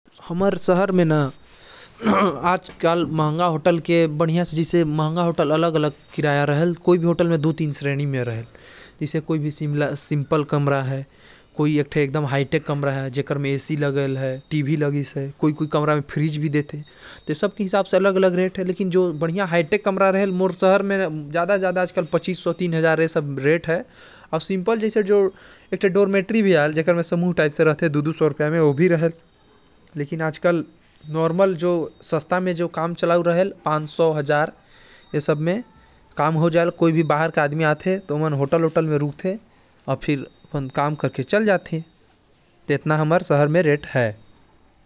मोर शहर म महंगा होटल के रूम के किराए चार हज़ार से पांच हजार तक जाथे अउ सस्ता होटल के किराया दु सौ रुपए तक जाथे।